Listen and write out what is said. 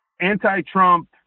anti-Trump